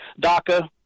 DACA